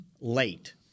late